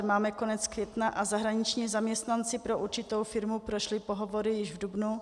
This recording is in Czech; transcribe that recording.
Máme konec května a zahraniční zaměstnanci pro určitou firmu prošli pohovory již v dubnu.